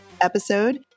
episode